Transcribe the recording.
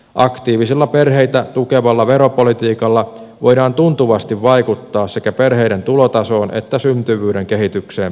aktiivisella perheitä tukevalla veropolitiikalla voidaan tuntuvasti vaikuttaa sekä perheiden tulotasoon että syntyvyyden kehitykseen positiivisesti